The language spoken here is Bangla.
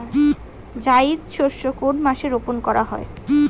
জায়িদ শস্য কোন মাসে রোপণ করা হয়?